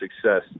success